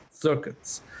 circuits